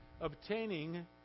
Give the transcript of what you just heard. Obtaining